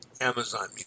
Amazon